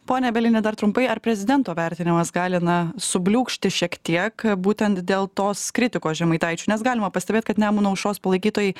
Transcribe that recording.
pone bielini dar trumpai ar prezidento vertinimas gali na subliūkšti šiek tiek būtent dėl tos kritikos žemaitaičiu nes galima pastebėt kad nemuno aušros palaikytojai